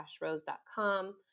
Rose.com